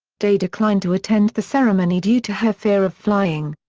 day declined to attend the ceremony due to her fear of flying.